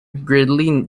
gridley